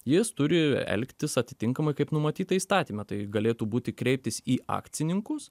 jis turi elgtis atitinkamai kaip numatyta įstatyme tai galėtų būti kreiptis į akcininkus